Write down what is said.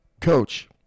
Coach